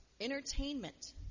entertainment